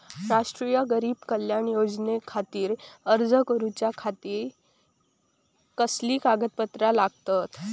राष्ट्रीय गरीब कल्याण योजनेखातीर अर्ज करूच्या खाती कसली कागदपत्रा लागतत?